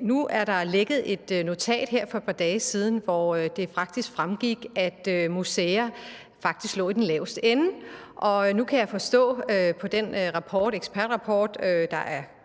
nu er der lækket et notat for et par dage siden, hvor det faktisk fremgik, at museer lå i den laveste ende, og nu kan jeg forstå på den ekspertrapport, der er